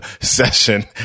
session